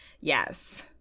Yes